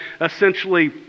essentially